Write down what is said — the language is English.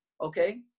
okay